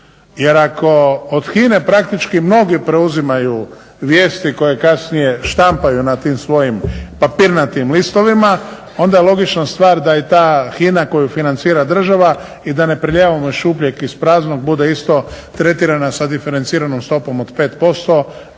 Jer ako od HINA-e praktički mnogi preuzimaju vijesti koje kasnije štampaju na tim svojim papirnatim listovima, onda je logična stvar da i ta HINA koju financira država i da ne prelijevamo iz šupljeg iz praznog bude isto tretirana sa diferenciranom stopom od 5%